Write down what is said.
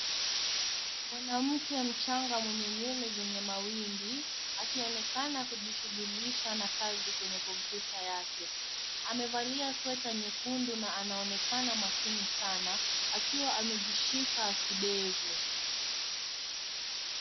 Mwanamke mchanga mwenye nywele zenye mawimbi akionekana kujishugilisha na kazi kwenye kompyuta yake. Amevalia sweater nyekundu na anaonekana makini sana, akiwa amejishika kidevu.